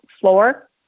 floor